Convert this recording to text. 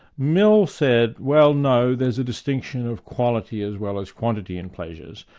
mill said, well no, there's a distinction of quality as well as quantity in pleasures,